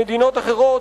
במדינות אחרות,